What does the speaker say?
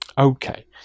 Okay